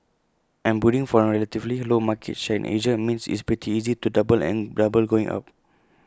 and booting from A relatively low market share in Asia means it's pretty easy to double and double going up